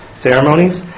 ceremonies